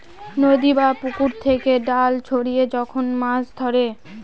নদী বা পুকুর থেকে জাল ছড়িয়ে যখন মাছ ধরে